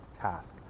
task